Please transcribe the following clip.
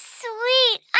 sweet